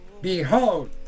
Behold